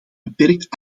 beperkt